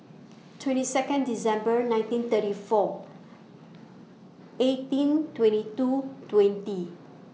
twenty Second December nineteen thirty four eighteen twenty two twenty